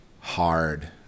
hard